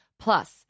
Plus